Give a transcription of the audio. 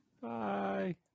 Bye